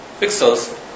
pixels